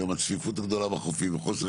היום הצפיפות הגדולה בחופים וחוסר